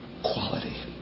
quality